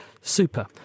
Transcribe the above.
Super